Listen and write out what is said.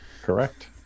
correct